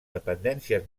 dependències